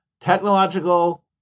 technological